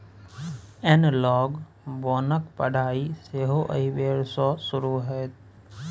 एनलॉग बोनक पढ़ाई सेहो एहि बेर सँ शुरू होएत